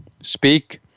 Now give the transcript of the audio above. speak